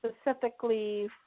specifically